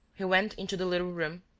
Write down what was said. he went into the little room,